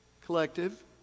collective